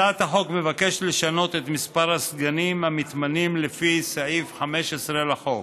הצעת החוק מבקשת לשנות את מספר הסגנים המתמנים לפי סעיף 15 לחוק.